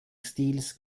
stils